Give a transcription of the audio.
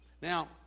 Now